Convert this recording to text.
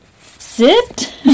Sit